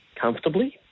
comfortably